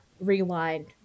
rewind